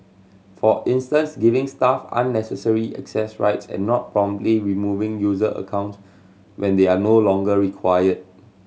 for instance giving staff unnecessary access rights and not promptly removing user account when they are no longer required